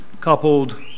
coupled